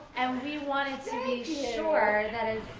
and we wanted to be sure that as